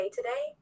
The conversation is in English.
Today